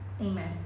Amen